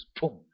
boom